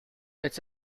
it’s